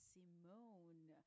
Simone